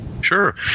Sure